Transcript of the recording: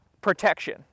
protection